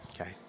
Okay